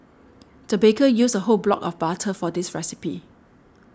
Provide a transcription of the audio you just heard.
the baker used a whole block of butter for this recipe